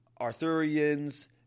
Arthurians